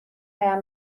هایم